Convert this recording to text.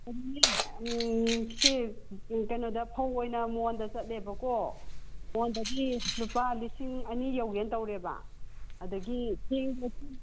ꯎꯝ ꯁꯤ ꯀꯩꯅꯣꯗ ꯐꯧ ꯑꯣꯏꯅ ꯃꯣꯟꯗ ꯆꯠꯂꯦꯕꯀꯣ ꯃꯣꯟꯗꯗꯤ ꯂꯨꯄꯥ ꯂꯤꯁꯤꯡ ꯑꯅꯤ ꯌꯧꯒꯦꯅ ꯇꯧꯔꯦꯕ ꯑꯗꯒꯤ ꯆꯦꯡ